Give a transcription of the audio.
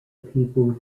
people